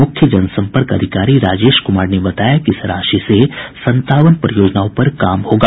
मुख्य जनसंपर्क अधिकारी राजेश कुमार ने बताया कि इस राशि से संतावन परियोजनाओं पर काम होगा